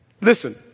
Listen